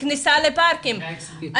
כניסה לפארקים.